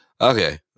okay